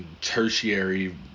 tertiary